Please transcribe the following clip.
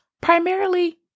primarily